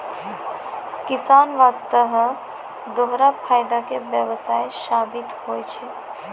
किसान वास्तॅ है दोहरा फायदा के व्यवसाय साबित होय छै